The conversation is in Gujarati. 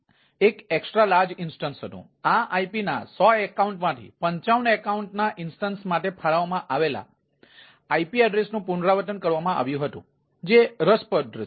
આ IP ના 100 એકાઉન્ટમાંથી 55 એકાઉન્ટના ઇન્સ્ટન્સ માટે ફાળવવામાં આવેલા IP એડ્રેસનું પુનરાવર્તન કરવામાં આવ્યું હતું જે રસપ્રદ છે